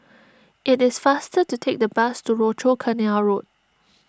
it is faster to take the bus to Rochor Canal Road